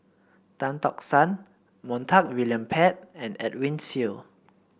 Tan Tock San Montague William Pett and Edwin Siew